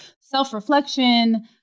self-reflection